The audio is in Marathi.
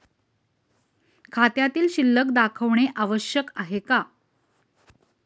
खात्यातील शिल्लक दाखवणे आवश्यक आहे का?